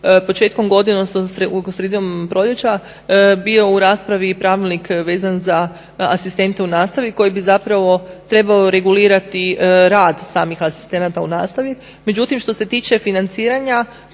početkom godine odnosno sredinom proljeća bio u raspravi i pravilnik vezan za asistente u nastavi koji bi zapravo trebao regulirati rad samih asistenata u nastavi. Međutim, što se tiče financiranja